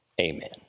Amen